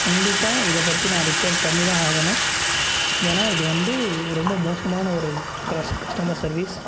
கண்டிப்பாக இதை பற்றி நான் ரிப்போர்ட் பண்ணி தான் ஆகணும் ஏன்னா இது வந்து ரொம்ப மோசமான ஒரு இது கிரஸ் கஸ்டமர் சர்வீஸ்